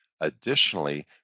Additionally